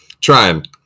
Trying